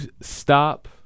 stop